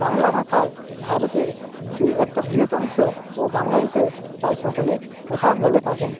বাংলা ভাষায় ভারতের একটা বৃহদাংশ ও বাংলাদেশে প্রায় সকলেই কথা বলে থাকেন